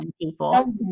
people